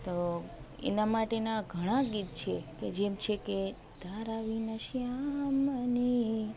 તો એના માટેના ઘણા ગીત છે કે જેમ છે કે